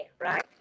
right